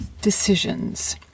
Decisions